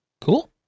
Cool